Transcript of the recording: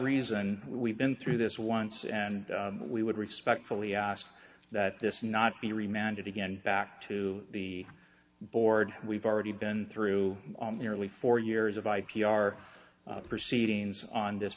reason we've been through this once and we would respectfully ask that this not be remanded again back to the board we've already been through on nearly four years of i p r proceedings on this